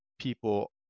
people